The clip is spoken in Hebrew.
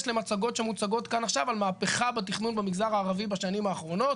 למצגות שמוצגות כאן עכשיו על מהפכה בתכנון במגזר הערבי בשנים האחרונות,